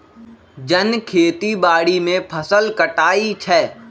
जन खेती बाड़ी में फ़सल काटइ छै